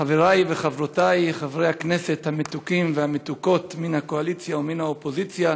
חברי וחברותי חברי הכנסת המתוקים והמתוקות מן הקואליציה ומן האופוזיציה,